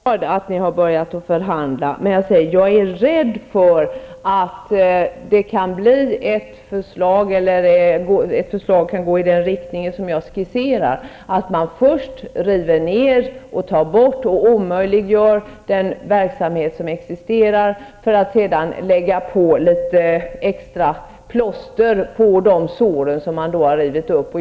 Herr talman! Jag är glad att ni har börjat förhandla, men jag är rädd för att det kan bli ett förslag som går i den riktning jag skisserat, att man först river ner och tar bort och omöjliggör den verksamhet som existerar, för att sedan lägga litet plåster på såren som man har rivit upp.